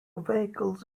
vehicles